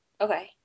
Okay